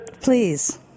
Please